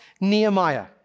Nehemiah